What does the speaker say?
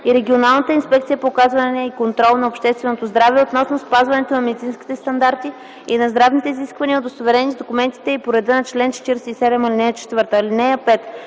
и регионалната инспекция за опазване и контрол на общественото здраве относно спазването на медицинските стандарти и на здравните изисквания, удостоверени с документите и по реда на чл. 47, ал. 4.